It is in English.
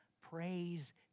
Praise